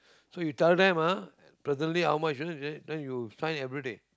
so you tell them ah presently how much you then you sign everyday